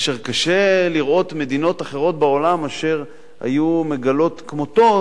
אשר קשה לראות מדינות אחרות בעולם שהיו מגלות כמותו